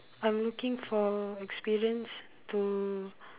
I'm looking for experience to